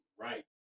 Right